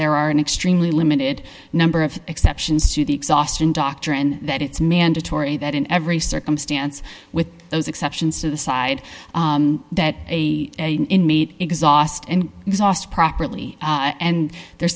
there are an extremely limited number of exceptions to the exhaustion doctrine that it's mandatory that in every circumstance with those exceptions to the side that meet exhaust and exhaust properly and the